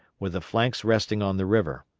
with the flanks resting on the river.